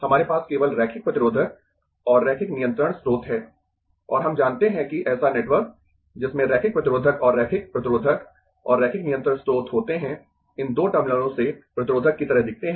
हमारे पास केवल रैखिक प्रतिरोधक और रैखिक नियंत्रण स्रोत है और हम जानते है कि ऐसा नेटवर्क जिसमें रैखिक प्रतिरोधक और रैखिक प्रतिरोधक और रैखिक नियंत्रण स्रोत होते है इन दो टर्मिनलों से प्रतिरोधक की तरह दिखते है